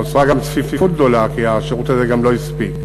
נוצרה גם צפיפות גדולה כי השירות הזה גם לא הספיק.